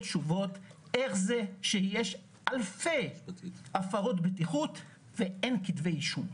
תשובות איך זה שיש אלפי הפרות בטיחות ואין כתבי אישום.